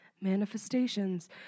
Manifestations